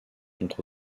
contre